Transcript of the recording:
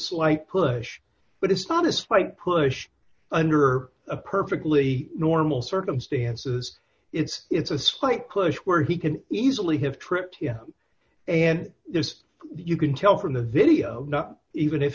slight push but it's not a slight push under a perfectly normal circumstances it's it's a slight push where he can easily have tripped and there's you can tell from the video even if